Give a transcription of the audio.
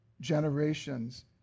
generations